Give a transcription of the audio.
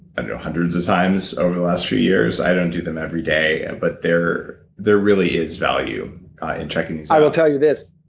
know, hundreds of times over the last few years. i don't do them every day, ah but there there really is value in checking these out i will tell you this.